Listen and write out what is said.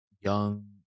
young